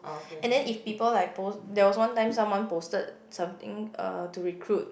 and then if people like post there was one time someone posted something uh to recruit